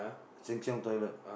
Sheng-Shiong toilet